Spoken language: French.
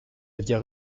aviez